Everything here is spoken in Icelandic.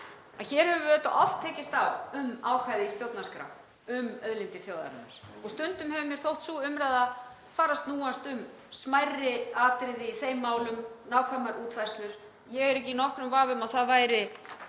hér höfum við auðvitað oft tekist á um ákvæði í stjórnarskrá um auðlindir þjóðarinnar. Stundum hefur mér þótt sú umræða fara að snúast um smærri atriði í þeim málum og nákvæmar útfærslur. Ég er ekki í nokkrum vafa um að það væri